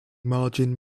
margin